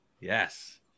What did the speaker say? Yes